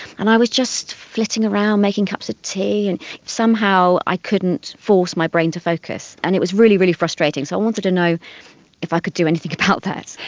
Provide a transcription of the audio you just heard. and i was just flitting around making cups of tea, and somehow i couldn't force my brain to focus. and it was really, really frustrating, so i wanted to know if i could do anything about that.